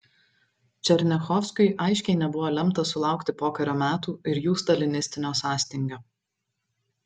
černiachovskiui aiškiai nebuvo lemta sulaukti pokario metų ir jų stalinistinio sąstingio